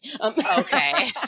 Okay